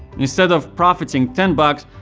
instead of profiting ten bucks,